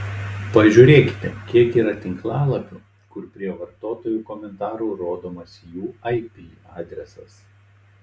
pažiūrėkite kiek yra tinklalapių kur prie vartotojų komentarų rodomas jų ip adresas